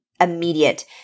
Immediate